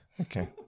Okay